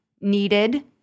needed